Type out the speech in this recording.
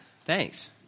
Thanks